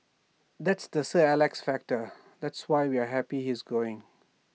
that's the sir Alex factor that's why we're happy he's going